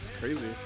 Crazy